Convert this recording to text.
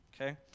Okay